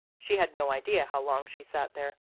she had no idea how long she sat there,